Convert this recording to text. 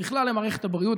בכלל למערכת הבריאות.